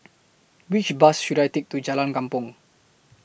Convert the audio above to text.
Which Bus should I Take to Jalan Kupang